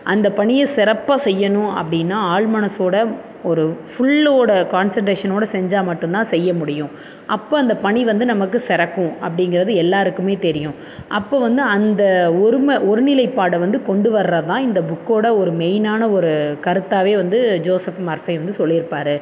அந்தப் பணியை சிறப்பாக செய்யணும் அப்படின்னா ஆழ்மனதோட ஒரு ஃபுல்லோடு கான்செண்ட்ரேஷனோடு செஞ்சால் மட்டும்தான் செய்ய முடியும் அப்போ அந்தப் பணி வந்து நமக்கு சிறக்கும் அப்படிங்கிறது எல்லோருக்குமே தெரியும் அப்போ வந்து அந்த ஒரும ஒருநிலைப்பாடை வந்து கொண்டு வர்றது தான் இந்த புக்கோடய ஒரு மெயினானா ஒரு கருத்தாகவே வந்து ஜோசப் மர்ஃபை வந்து சொல்லியிருப்பாரு